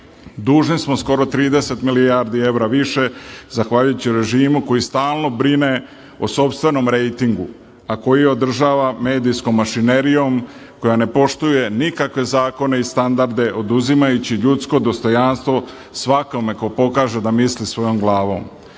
dužni smo skoro 30 milijardi evra više zahvaljujući režimu koji stalno brine o sopstvenom rejtingu, a koji održava medijskom mašinerijom koja ne poštuje nikakve zakone i standarde, oduzimajući ljudsko dostojanstvo svakome ko pokaže da misli svojom glavom. Naša